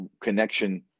connection